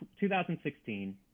2016